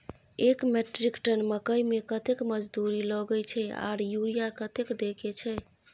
एक metric ton मकई में कतेक मजदूरी लगे छै आर यूरिया कतेक देके छै?